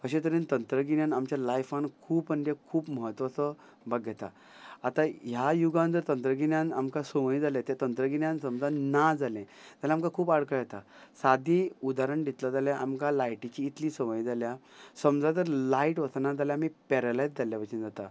अशें तरेन तंत्रगिन्यान आमच्या लायफान खूब म्हणजे खूब म्हत्वाचो भाग घेता आतां ह्या युगान जर तंत्रगिन्यान आमकां संवय जाले ते तंत्रगिन्यान समजा ना जाले जाल्यार आमकां खूब आडखळ येता सादी उदाहरण दितलो जाल्या आमकां लायटीची इतली संवय जाल्या समजा जर लायट वचना जाल्यार आमी पॅरलायज जाल्ल्या भशेन जाता